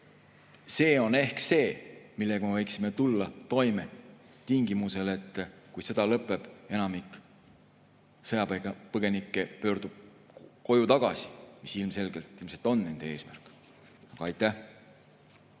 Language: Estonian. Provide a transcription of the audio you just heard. see on ehk see, millega me võiksime tulla toime tingimusel, et kui sõda lõpeb, siis enamik sõjapõgenikke pöördub koju tagasi, mis ilmselgelt on nende eesmärk. Aitäh!